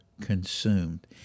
consumed